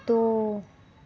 दो